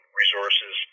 resources